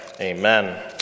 amen